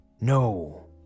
No